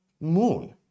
moon